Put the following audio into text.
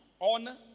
honor